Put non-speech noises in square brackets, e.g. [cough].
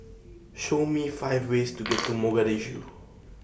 Show Me five ways to [noise] get to Mogadishu